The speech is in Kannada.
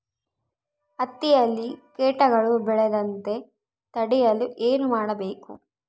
ಹತ್ತಿಯಲ್ಲಿ ಕೇಟಗಳು ಬೇಳದಂತೆ ತಡೆಯಲು ಏನು ಮಾಡಬೇಕು?